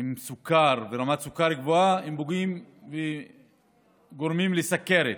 עם סוכר ורמת סוכר גבוהה גורמים לסוכרת.